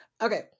Okay